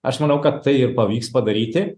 aš manau kad tai ir pavyks padaryti